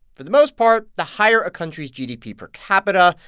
for the most part, the higher a country's gdp per capita,